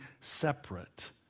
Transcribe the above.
separate